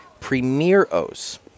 premieros